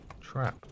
trap